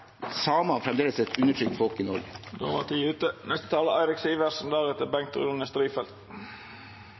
fremdeles er et undertrykt folk i Norge. Då var tida ute.